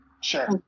Sure